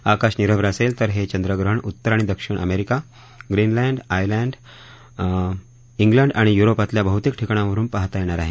आकाश निरभ्र असेल तर हे चंद्रग्रहण उत्तर आणि दक्षिण अमेरिका ग्रीनलँड आयलँड क्लिंड आणि युरोपातल्या बहुतेक ठिकाणांहून पाहता येणार आहे